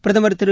பிரதமர் திரு